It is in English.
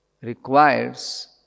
requires